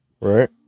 right